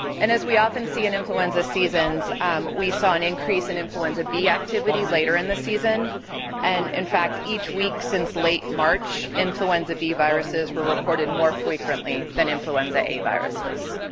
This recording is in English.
and as we often see in influenza seasons um we saw an increase in influenza b activity later in the season and, in fact, each week since late march influenza b viruses were reported more frequently than influenza a viruses.